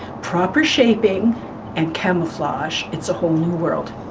proper shaping and camouflage, it's a whole new world.